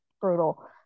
brutal